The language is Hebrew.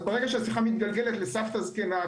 ברגע שהשיחה מתגלגלת לסבתא זקנה,